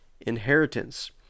inheritance